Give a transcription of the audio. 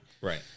Right